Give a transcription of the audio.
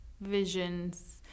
visions